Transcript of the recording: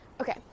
Okay